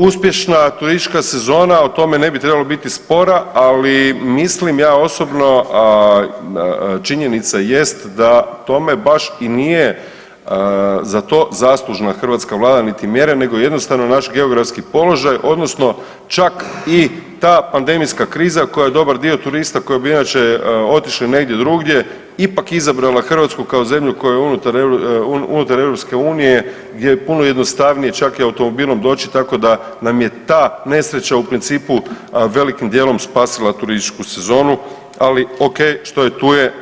Uspješna turistička sezona, o tome ne bi trebalo biti spora, ali mislim ja osobno, a činjenica jest da tome baš i nije za to zaslužna hrvatska vlada niti mjere nego jednostavno naš geografski položaj odnosno čak i ta pandemijska kriza koja je dobar dio turista koji bi inače otišli negdje drugdje ipak izabrala Hrvatsku kao zemlju koja je unutar EU gdje je puno jednostavnije čak i automobilom doći, tako da nam je ta nesreća u principu velikim dijelom spasila turističku sezonu, ali okej što je tu je,